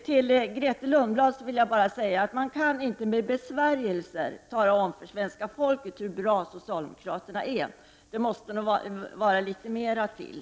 Till Grethe Lundblad vill jag bara säga att man inte med besvärjelser kan övertyga svenska folket om hur bra socialdemokraterna är — det måste nog litet mer till.